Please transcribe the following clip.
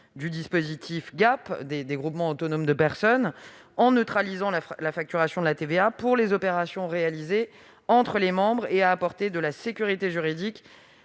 du dispositif des groupements autonomes de personnes (GAP) en neutralisant la facturation de la TVA pour les opérations effectuées entre les membres et à apporter de la sécurité juridique